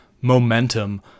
momentum